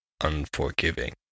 unforgiving